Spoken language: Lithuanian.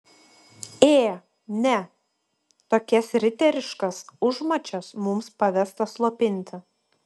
ė ne tokias riteriškas užmačias mums pavesta slopinti